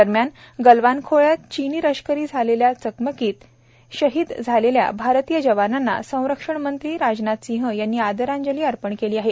दरम्यान गलवान खोऱ्यात चीनी लष्कराशी झालेल्या चकमकीत शहीद झालेल्या भारतीय जवानांना संरक्षण मंत्री राजनाथ सिंह यांनी आदरांजली वाहिली आहे